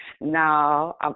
No